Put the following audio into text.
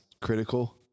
critical